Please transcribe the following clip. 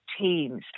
Teams